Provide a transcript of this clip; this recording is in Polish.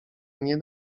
nie